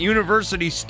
University